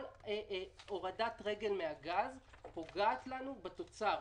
כל הורדת רגל מן הגז פוגעת לנו בתוצר.